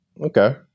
Okay